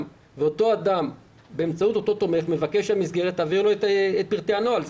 ואותו אדם באמצעות אותו תומך מבקש שהמסגרת תעביר לו את פרטי הנוהל.